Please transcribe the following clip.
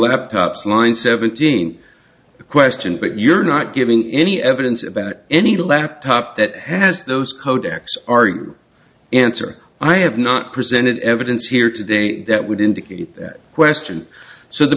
laptops line seventeen question but you're not giving any evidence about any laptop that has those codecs are your answer i have not presented evidence here today that would indicate that question so the